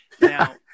Now